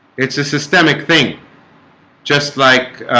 it's a systemic thing just like